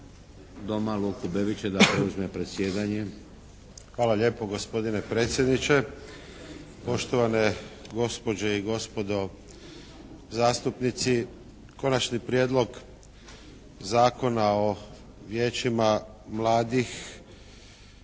Hvala lijepo gospodine predsjedniče, poštovane gospođe i gospodo zastupnici. Konačni prijedlog Zakona o Vijećima mladih